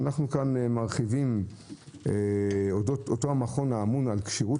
במכתב הרחבנו אודות אותו "המכון האמון על כשירות